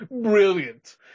Brilliant